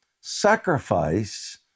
sacrifice